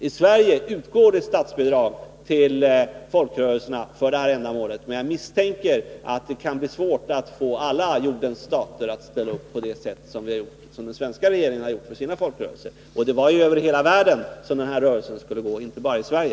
I Sverige utgår det statsbidrag till folkrörelserna för det här ändamålet, men jag misstänker att det kan bli svårt att få alla jordens stater att ställa upp på det sätt som den svenska regeringen har gjort för sina folkrörelser. Och det var ju över hela världen som rörelsen skulle gå, inte bara i Sverige.